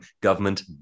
government